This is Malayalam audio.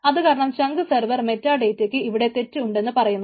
അതു കാരണം ചങ്ക് സർവർ മെറ്റാഡേറ്റാക്ക് ഇവിടെ തെറ്റ് ഉണ്ടെന്നു പറയുന്നു